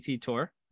Tour